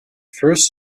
first